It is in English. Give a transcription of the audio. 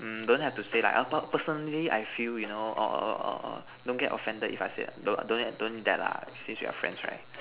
mm don't have to say like err but personally I feel you know orh orh orh orh don't get offended if I say don't don't don't need that lah since we are friends right